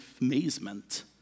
amazement